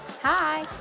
Hi